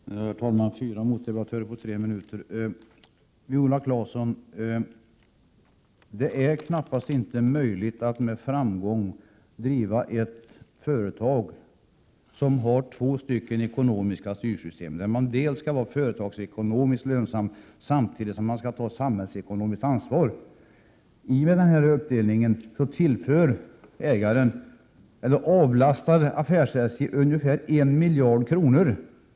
Herr talman! Det blir inte lätt att klara fyra motdebattörer på tre minuter. Det är, Viola Claesson, knappast möjligt att med framgång driva ett företag som har två ekonomiska styrsystem — man skall dels vara ekonomiskt lönsam, dels ta ett samhällsekonomiskt ansvar. Med denna uppdelning avlastas affärs-SJ ungefär en miljard kronor.